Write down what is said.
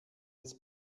des